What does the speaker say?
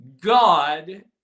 God